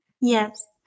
Yes